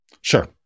sure